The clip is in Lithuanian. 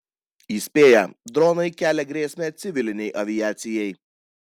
įspėja dronai kelia grėsmę civilinei aviacijai